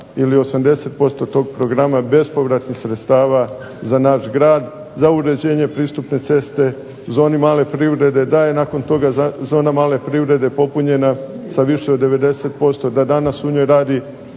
ili 80% tog programa bespovratnih sredstava za naš grad, za uređenje pristupne ceste, zoni male privrede, da je nakon toga zona male privrede popunjena sa više od 90%, da danas u njoj radi